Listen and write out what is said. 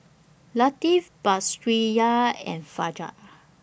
Latif Batrisya and Fajar